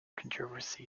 controversy